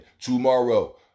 tomorrow